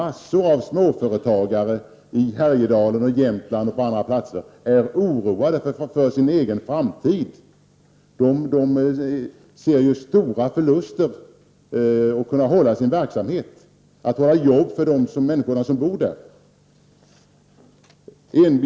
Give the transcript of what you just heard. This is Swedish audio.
Småföretagare i Härjedalen, i Jämtland och på andra håll är oroade för sin egen framtid. De får stora förluster och kan få svårt att behålla sin verksamhet och ge jobb åt människor som bor där.